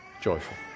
joyful